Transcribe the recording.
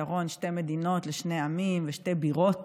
בפתרון שתי מדינות לשני עמים ושתי בירות